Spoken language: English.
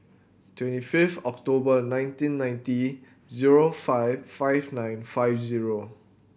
twenty fifth October nineteen ninety zero five five nine five zero